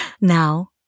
Now